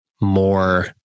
more